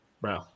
bro